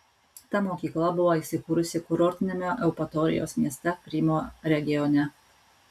ta mokykla buvo įsikūrusi kurortiniame eupatorijos mieste krymo regione